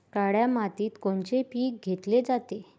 काळ्या मातीत कोनचे पिकं घेतले जाते?